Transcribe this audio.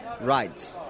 right